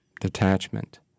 detachment